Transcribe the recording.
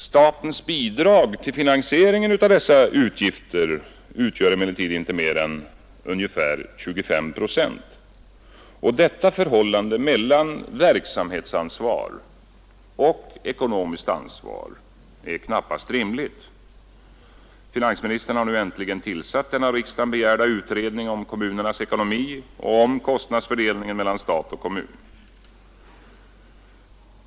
Statens bidrag till finansieringen av dessa utgifter utgör emellertid inte mer än ungefär 25 procent. Detta förhållande mellan verksamhetsansvar och ekonomiskt ansvar är knappast rimligt. Finansministern har nu äntligen tillsatt den av riksdagen begärda utredningen om kommunernas ekonomi och om kostnadsfördelningen mellan stat och kommun.